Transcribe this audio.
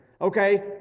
Okay